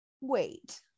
wait